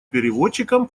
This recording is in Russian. переводчикам